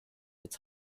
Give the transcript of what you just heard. its